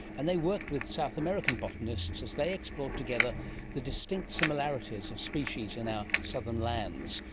and they worked with south american botanists as they explored together the distinct similarities of species in our southern lands,